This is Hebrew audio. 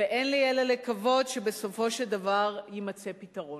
ואין לי אלא לקוות שבסופו של דבר יימצא פתרון.